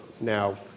Now